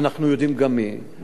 אנחנו יודעים גם מי היא,